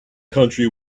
country